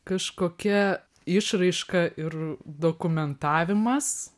kažkokia išraiška ir dokumentavimas